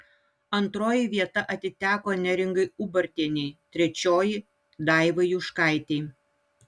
antroji vieta atiteko neringai ubartienei trečioji daivai juškaitei